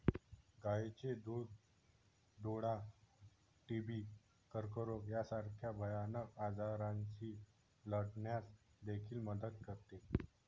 गायीचे दूध डोळा, टीबी, कर्करोग यासारख्या भयानक आजारांशी लढण्यास देखील मदत करते